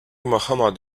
muhammad